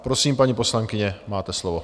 Prosím, paní poslankyně, máte slovo.